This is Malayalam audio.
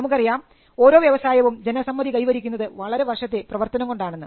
നമുക്കറിയാം ഓരോ വ്യവസായവും ജനസമ്മതി കൈവരിക്കുന്നത് വളരെ വർഷത്തെ പ്രവർത്തനം കൊണ്ടാണെന്ന്